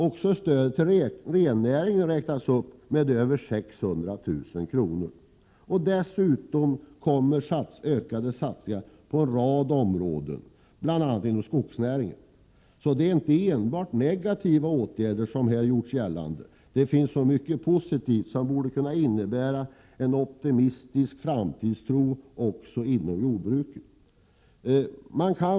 Också stödet till rennäringen räknas upp med över 600 000 kr., och dessutom kommer ökade satsningar på en rad områden, bl.a. inom skogsnäringen. Det är alltså inte enbart negativa åtgärder, som det har gjorts gällande. Det finns så mycket positivt som borde kunna innebära en optimistisk framtidstro också inom jordbruket.